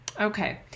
Okay